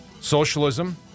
socialism